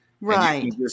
Right